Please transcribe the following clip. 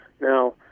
Now